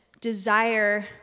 desire